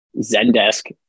Zendesk